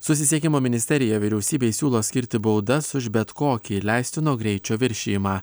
susisiekimo ministerija vyriausybei siūlo skirti baudas už bet kokį leistino greičio viršijimą